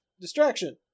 Distraction